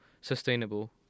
sustainable